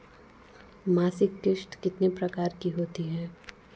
मासिक किश्त कितने प्रकार की होती है?